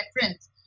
reference